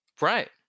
Right